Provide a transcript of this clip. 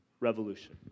revolution